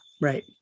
Right